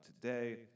today